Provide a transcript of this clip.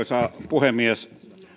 puhemies